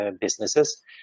businesses